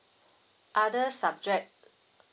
other subject